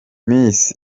miss